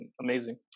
amazing